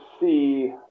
see